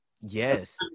yes